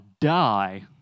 die